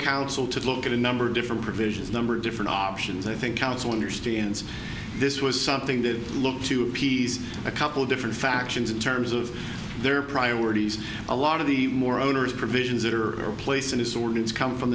counsel to look at a number of different provisions number of different options i think counsel understands this was something to look to appease a couple different factions in terms of their priorities a lot of the more onerous provisions that are a place in this ordinance come from